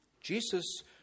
Jesus